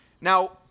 Now